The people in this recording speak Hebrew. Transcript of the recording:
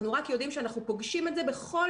אבל אנחנו יודעים שאנחנו פוגשים את זה בכל